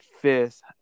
fifth